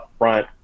upfront